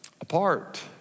apart